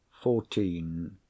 fourteen